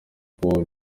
kubaho